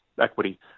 equity